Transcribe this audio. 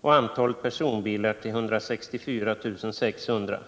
och antalet personbilar till 164 600.